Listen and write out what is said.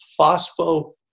phospho